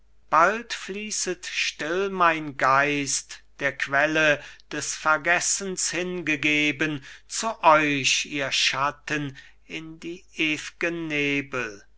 bald fließet still mein geist der quelle des vergessens hingegeben zu euch ihr schatten in die ew'gen nebel